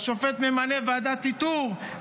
השופט ממנה ועדת איתור,